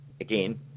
again